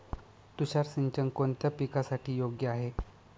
तुषार सिंचन कोणत्या पिकासाठी योग्य आहे?